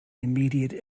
immediate